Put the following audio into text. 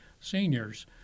seniors